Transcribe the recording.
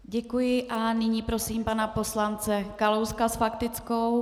Děkuji a nyní prosím pana poslance Kalouska s faktickou.